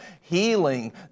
healing